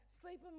sleeping